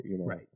Right